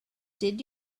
did